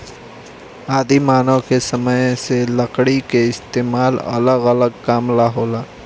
आदि मानव के समय से लकड़ी के इस्तेमाल अलग अलग काम ला होला